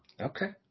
Okay